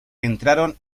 entraron